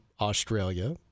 Australia